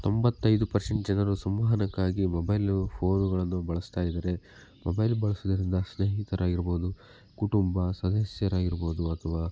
ತೊಂಬತ್ತೈದು ಪರ್ಸೆಂಟ್ ಜನರು ಸಂವಹನಕ್ಕಾಗಿ ಮೊಬೈಲ್ ಫ಼ೋನುಗಳನ್ನು ಬಳಸ್ತಾ ಇದ್ದಾರೆ ಮೊಬೈಲ್ ಬಳ್ಸೋದ್ರಿಂದ ಸ್ನೇಹಿತರಾಗಿರ್ಬೋದು ಕುಟುಂಬ ಸದಸ್ಯರಾಗಿರ್ಬೋದು ಅಥವಾ